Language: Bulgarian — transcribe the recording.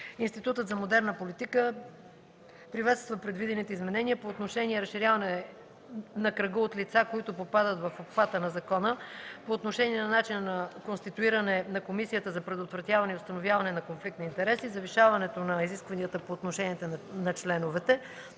Институтът за модерна политика приветства предвидените изменения по отношение разширяването на кръга от лица, които попадат в обхвата на закона, по отношение начина на конституиране на Комисията за предотвратяване и установяване конфликт на интереси, завишаване на изискванията по отношение на членовете.